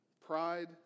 pride